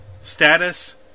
Status